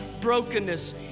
brokenness